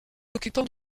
occupants